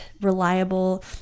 reliable